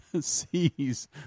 sees